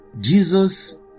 Jesus